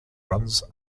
runs